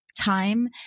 time